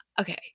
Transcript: Okay